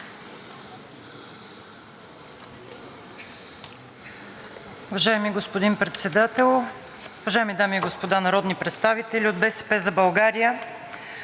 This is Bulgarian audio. Уважаеми господин Председател, уважаеми дами и господа народни представители! От „БСП за България“